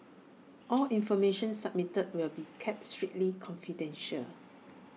all information submitted will be kept strictly confidential